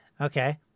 Okay